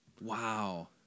Wow